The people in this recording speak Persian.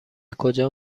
کجا